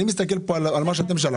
אני מסתכל פה על מה שאתם שלחתם.